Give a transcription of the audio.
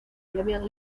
premier